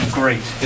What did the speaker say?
great